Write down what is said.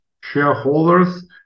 shareholders